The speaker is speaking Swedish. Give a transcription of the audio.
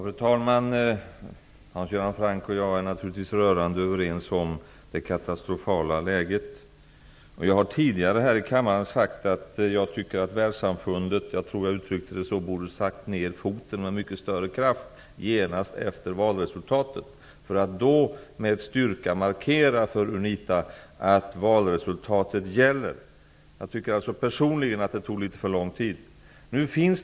Fru talman! Hans Göran Franck och jag är naturligtvis rörande överens om det katastrofala läget. Jag har tidigare här i kammaren sagt att världssamfundet borde ha satt ner foten med större kraft genast efter valresultatet och då med stryka markerat att valresultatet gäller. Personligen anser jag att det tog litet för lång tid. Fru talman!